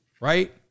right